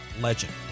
Legend